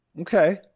Okay